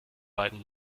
beiden